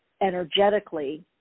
energetically